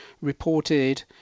reported